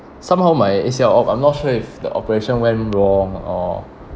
somehow my A_C_L op I'm not sure if the operation went wrong or